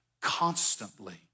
constantly